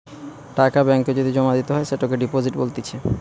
টাকা ব্যাঙ্ক এ যদি জমা দিতে হয় সেটোকে ডিপোজিট বলতিছে